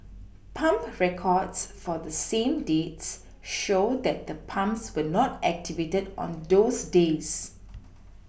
pump records for the same dates show that the pumps were not activated on those days